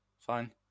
Fine